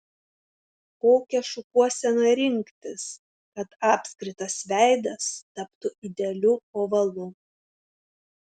kokią šukuoseną rinktis kad apskritas veidas taptų idealiu ovalu